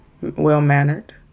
well-mannered